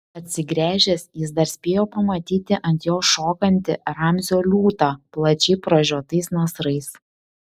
atsigręžęs jis dar spėjo pamatyti ant jo šokantį ramzio liūtą plačiai pražiotais nasrais